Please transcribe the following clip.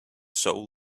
soul